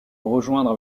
rejoindre